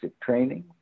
training